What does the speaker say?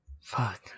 fuck